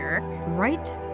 Right